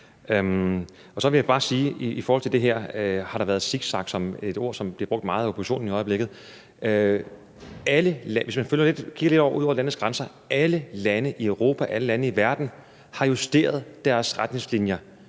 Så vil jeg bare i forhold til det her med, om der har været zigzag – et ord, som bliver brugt meget af oppositionen i øjeblikket – sige, at alle lande i Europa, alle lande i verden har justeret deres retningslinjer